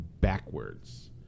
backwards